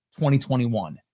2021